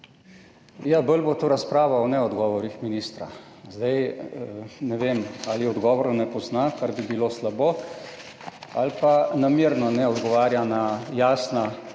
Bolj bo to razprava o neodgovorih ministra. Ne vem, ali odgovorov ne pozna, kar bi bilo slabo, ali pa namerno ne odgovarja na jasno